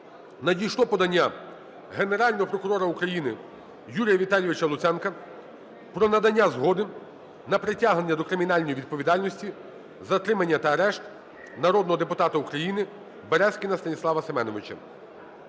надійшло подання Генерального прокурора України Юрія Віталійовича Луценка про надання згоди на притягнення до кримінальної відповідальності, затримання та арешт народного депутата України Березкіна Станіслава Семеновича.